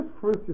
first